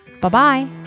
Bye-bye